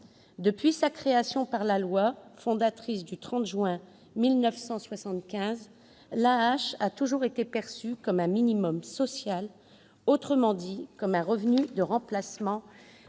Depuis sa création par la loi fondatrice du 30 juin 1975, l'AAH a toujours été perçue comme un minimum social, autrement dit comme un revenu de remplacement